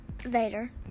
vader